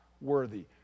worthy